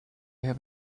have